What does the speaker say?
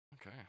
Okay